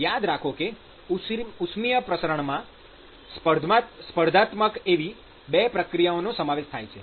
યાદ કરો કે ઉષ્મિય પ્રસારણમાં સ્પર્ધાત્મક એવી ૨ પ્રક્રિયાઓનો સમાવેશ થાય છે